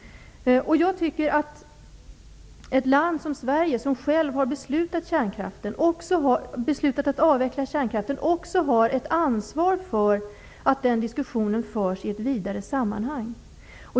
Jag tycker att ett land som Sverige, som har beslutat att avveckla kärnkraften, också har ett ansvar för att den diskussionen förs i ett vidare sammanhang.